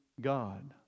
god